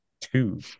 two